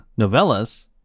novellas